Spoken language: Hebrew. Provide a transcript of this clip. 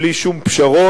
בלי שום פשרות,